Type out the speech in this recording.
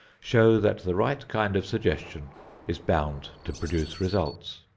show that the right kind of suggestion is bound to produce results.